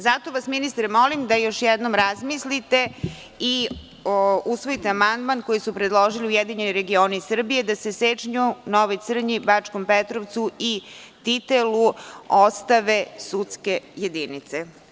Zato vas ministre molim da još jednom razmislite i usvojite amandman koji su predložili URS da se Sečnju, Novoj Crnji, Bačkom Petrovcu i Titelu ostave sudske jedinice.